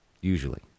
Usually